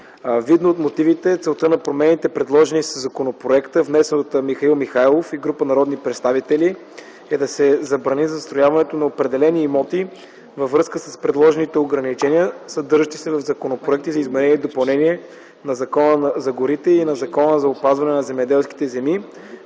Видно от мотивите, целта на промените, предложени с законопроекта, внесен от Михаил Михайлов и група народни представители, е да се забрани застрояването на определени имоти, във връзка с предложените ограничения, съдържащи се в Законопроекта за изменение и допълнение на Закона за горите и на Закона за опазване на земеделските земи,